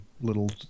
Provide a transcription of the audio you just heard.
little